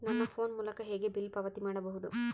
ನನ್ನ ಫೋನ್ ಮೂಲಕ ಹೇಗೆ ಬಿಲ್ ಪಾವತಿ ಮಾಡಬಹುದು?